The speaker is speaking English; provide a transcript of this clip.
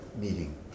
meeting